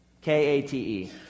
K-A-T-E